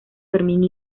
fermín